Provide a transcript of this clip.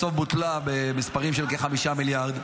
בסוף בוטלה במספרים של כ-5 מיליארד.